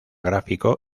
gráfico